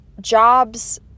jobs